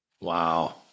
Wow